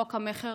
חוק המכר,